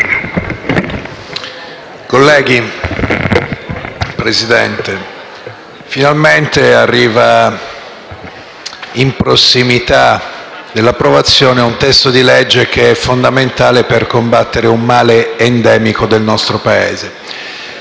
colleghi, finalmente arriva in prossimità dell'approvazione un testo di legge che è fondamentale per combattere un male endemico del nostro Paese,